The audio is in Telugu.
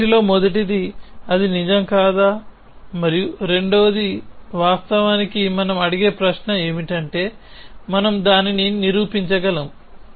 అన్నింటిలో మొదటిది అది నిజం కాదా మరియు రెండవది వాస్తవానికి మనం అడిగే ప్రశ్న ఏమిటంటే మనము దానిని నిరూపించగలము